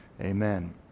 amen